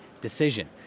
decision